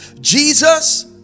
Jesus